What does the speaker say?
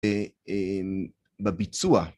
בביצוע.